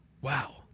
wow